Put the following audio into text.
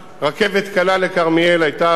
רכבת קלה לכרמיאל היתה,